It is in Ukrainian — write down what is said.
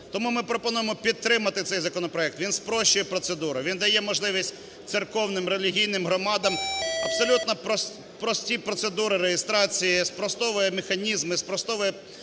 Тому ми пропонуємо підтримати цей законопроект, він спрощує процедуру, він дає можливість церковним релігійним громадам абсолютно прості процедури реєстрації, спростовує механізми, спростовує